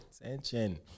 attention